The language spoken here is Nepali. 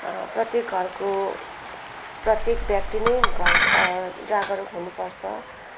प्रत्येक घरको प्रत्येक व्यक्ति नै घर जागरुक हुनुपर्छ